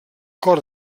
cor